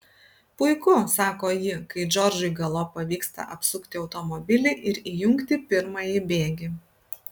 puiku sako ji kai džordžui galop pavyksta apsukti automobilį ir įjungti pirmąjį bėgį